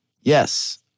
Yes